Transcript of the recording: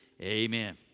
amen